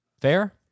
Fair